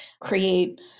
create